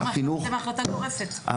החינוך --- אז למה החלטתם החלטה גורפת?